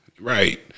Right